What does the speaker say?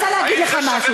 אז אני רוצה להגיד לך משהו,